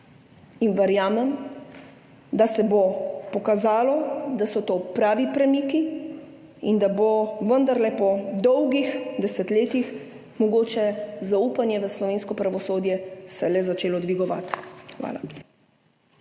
Verjamem, da se bo pokazalo, da so to pravi premiki in da se bo vendarle po dolgih desetletjih mogoče zaupanje v slovensko pravosodje le začelo dvigovati. Hvala.